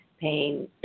pain